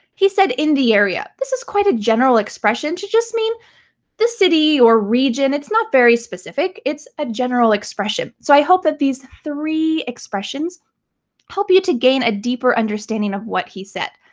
he said in the area. this is quite a general expression to just mean this city or region, it's not very specific, it's a general expression. so i hope that these three expressions help you to gain a deeper understanding of what he said.